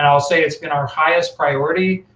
and i'll say it's been our highest priority.